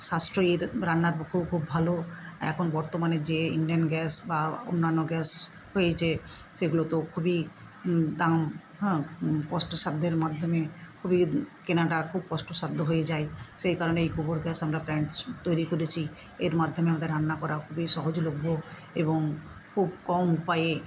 সাশ্রয়ী এটা রান্নার পক্ষেও খুব ভালো এখন বর্তমানে যে ইন্ডেন গ্যাস বা অন্যান্য গ্যাস হয়েছে সেগুলো তো খুবই দাম কষ্টসাধ্যের মাধ্যমে খুবই কেনাটা খুব কষ্টসাধ্য হয়ে যায় সেই কারণেই গোবর গ্যাস আমরা প্ল্যান্টস তৈরি করেছি এর মাধ্যমে আমাদের রান্না করা খুবই সহজলভ্য এবং খুব কম উপায়ে